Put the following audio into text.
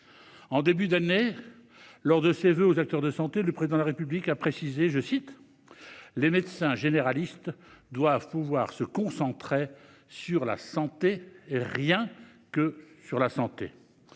En début d'année, lors de ses voeux aux acteurs de la santé, le Président de la République a précisé que « les médecins généralistes doivent pouvoir se concentrer sur la santé, et rien que sur la santé ».